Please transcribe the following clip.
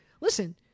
listen